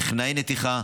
טכנאי נתיחה,